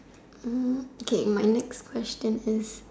Hm okay my next question is